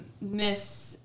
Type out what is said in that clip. Miss